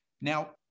Now